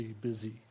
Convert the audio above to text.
busy